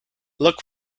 look